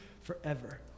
forever